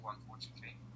unfortunately